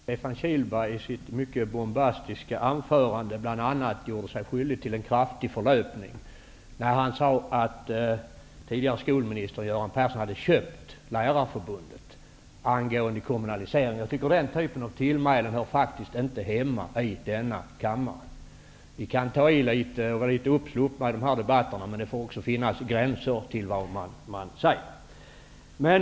Fru talman! Jag har upptäckt att Stefan Kihlberg i sitt mycket bombastiska anförande bl.a. gjort sig skyldig till en ordentlig förlöpning. Han sade nämligen angående kommunaliseringen att den tidigare skolministern Göran Persson hade köpt Den typen av tillmälen hör faktiskt inte hemma i denna kammare. Vi kan ta i litet och vara litet uppsluppna i debatterna, men det får också finnas gränser för vad som sägs.